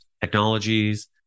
Technologies